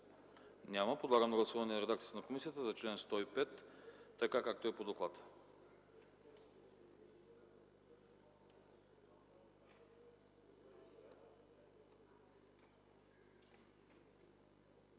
Няма. Подлагам на гласуване редакцията на комисията за чл. 104, така както е по доклад.